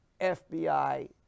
fbi